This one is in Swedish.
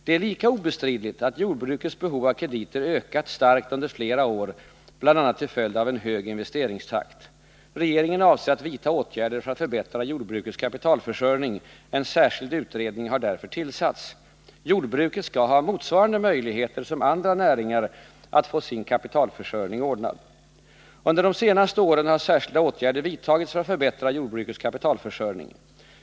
Det är lika obestridligt att jordbrukets behov av krediter ökat starkt under flera år, bl.a. till följd av en hög investeringstakt. Regeringen avser att vidta åtgärder för att förbättra jordbrukets kapitalförsörjning. En särskild utredning har därför tillsatts. Jordbruket skall ha motsvarande möjligheter som andra näringar att få sin kapitalförsörjning ordnad. Under de senaste åren har särskilda åtgärder vidtagits för att förbättra jordbrukets kapitalförsörjning.